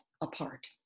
apart